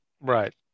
Right